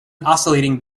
oscillating